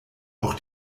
auch